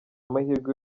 amahirwe